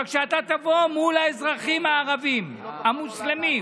אבל כשאתה תבוא מול האזרחים הערבים, המוסלמים,